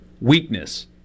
weakness